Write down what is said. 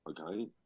Okay